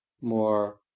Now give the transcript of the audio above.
more